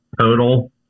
Total